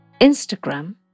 Instagram